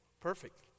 Perfect